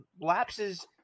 lapses